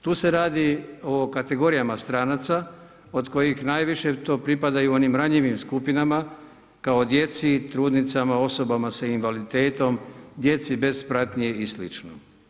Tu se radi o kategorijama stranaca od kojih najviše to pripadaju onim ranjivim skupinama kao djeci, trudnicama, osobama sa invaliditetom, djeci bez pratnje i slično.